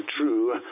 True